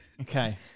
Okay